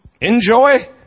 enjoy